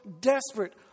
desperate